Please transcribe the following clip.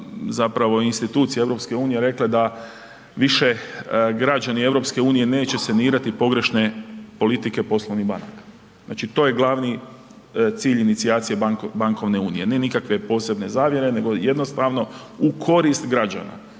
zapravo institucije EU-a rekle da više građani EU-a neće sanirati pogrešne politike poslovnih banaka. Znači to je glavni cilj inicijacije bankovne unije, ne nikakve posebne zavjere nego jednostavno u korist građana.